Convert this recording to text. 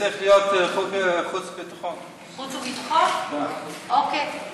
חוץ וביטחון, לא, אני